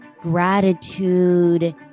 gratitude